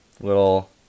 little